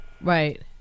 right